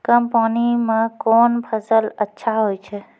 कम पानी म कोन फसल अच्छाहोय छै?